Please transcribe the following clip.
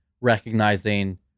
recognizing